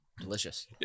Delicious